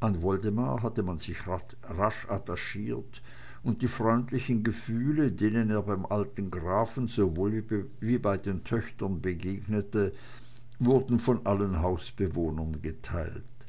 an woldemar hatte man sich rasch attachiert und die freundlichen gefühle denen er bei dem alten grafen sowohl wie bei den töchtern begegnete wurden von allen hausbewohnern geteilt